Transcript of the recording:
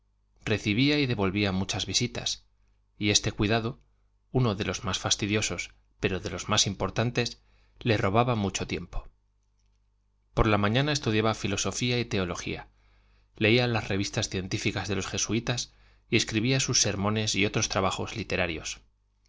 recibía y devolvía muchas visitas y este cuidado uno de los más fastidiosos pero de los más importantes le robaba mucho tiempo por la mañana estudiaba filosofía y teología leía las revistas científicas de los jesuitas y escribía sus sermones y otros trabajos literarios